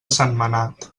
sentmenat